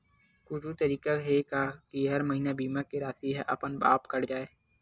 कुछु तरीका हे का कि हर महीना बीमा के राशि हा अपन आप कत जाय?